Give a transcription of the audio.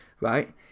right